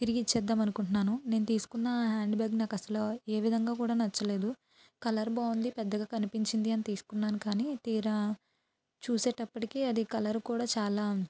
తిరిగి ఇచ్చేద్దాం అనుకుంటున్నాను నేను తీసుకున్నా హ్యాండ్బ్యాగ్ నాకు అసలు ఏ విధంగా కూడా నచ్చలేదు కలర్ బాగుంది పెద్దగా కనిపించింది అని తీసుకున్నాను కానీ తీరా చూసేటప్పడికే అది కలరు కూడా చాలా